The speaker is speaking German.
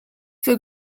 für